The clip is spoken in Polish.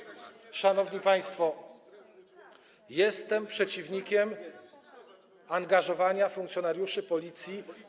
Szanowni państwo, jestem przeciwnikiem angażowania funkcjonariuszy Policji.